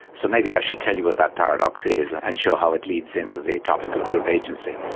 so maybe i should tell you what that paradox is and show how it leads into the topic of group agency.